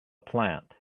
plant